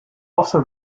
also